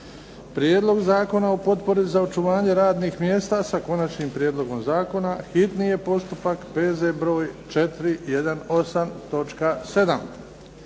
Prijedlog zakona o potpori za očuvanje radnih mjesta, s Konačnim prijedlogom zakona, hitni postupak, prvo i